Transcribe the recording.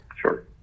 Sure